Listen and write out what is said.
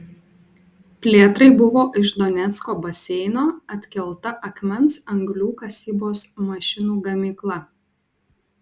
plėtrai buvo iš donecko baseino atkelta akmens anglių kasybos mašinų gamykla